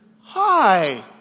Hi